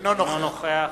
אינו נוכח